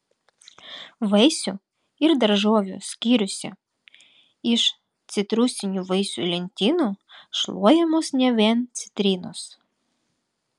vaisių ir daržovių skyriuose iš citrusinių vaisių lentynų šluojamos ne vien citrinos